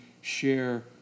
share